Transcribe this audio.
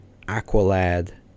Aqualad